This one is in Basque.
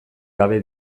gabe